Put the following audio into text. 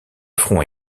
front